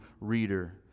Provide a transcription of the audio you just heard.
reader